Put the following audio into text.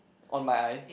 on my eye